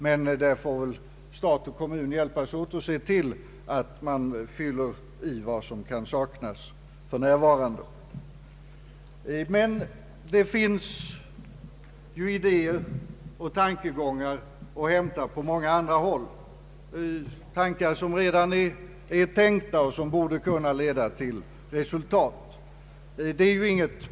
Men stat och kommun får väl hjälpas åt och se till att man fyller i vad som för närvarande kan saknas. Idéer och tankegångar finns dock att hämta på många andra håll; tankar som redan är tänkta och som borde kunna leda till resultat.